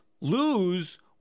lose